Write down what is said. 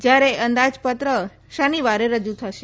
જયારે અંદાજ પત્ર શનિવારે રજુ થશે